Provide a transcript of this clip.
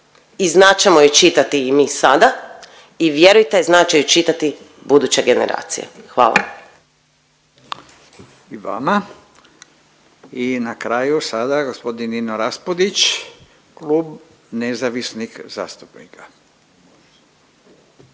I znat ćemo je čitati i mi sada i vjerujte znat će ju čitati buduće generacije. Hvala. **Radin, Furio (Nezavisni)** I vama. I na kraju sada gospodin Nino Raspudić, Klub nezavisnih zastupnika.